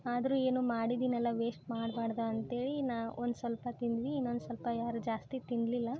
ಆದರೂ ಏನು ಮಾಡಿದ್ದೀನಲ್ಲ ವೇಸ್ಟ್ ಮಾಡ್ಬಾರ್ದು ಅಂತೇಳಿ ನಾ ಒಂದು ಸ್ವಲ್ಪ ತಿಂದ್ನಿ ಇನ್ನೊಂದು ಸ್ವಲ್ಪ ಯಾರೂ ಜಾಸ್ತಿ ತಿನ್ನಲಿಲ್ಲ